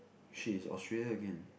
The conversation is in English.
she is Australia again